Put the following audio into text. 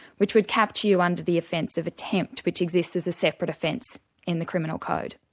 which would capture you under the offence of attempt, which exists as a separate offence in the criminal code.